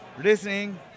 listening